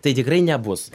tai tikrai nebus